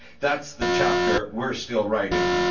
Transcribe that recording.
that's the chapter we're still writing.